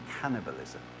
cannibalism